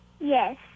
Yes